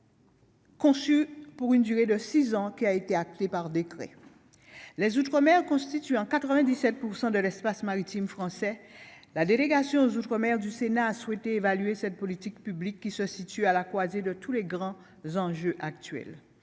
Conçu pour une durée de 6 ans qui a été acté par décret les outre-mer en 97 % de l'espace maritime français, la délégation aux outre-mer du Sénat a souhaité évaluer cette politique publique qui se situe à la croisée de tous les grands enjeux actuels